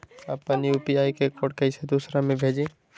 अपना यू.पी.आई के कोड कईसे दूसरा के भेजी?